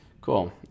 Cool